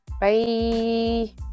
Bye